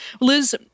Liz